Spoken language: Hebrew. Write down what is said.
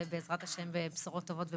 ובעזרת השם בשורות טובות ובריאות.